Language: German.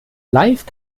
live